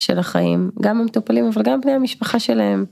של החיים גם מטופלים אבל גם בני המשפחה שלהם.